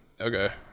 Okay